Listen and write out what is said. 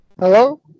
Hello